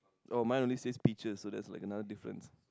oh mine only see peaches so that's like another different